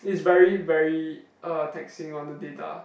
is very very uh taxing on the data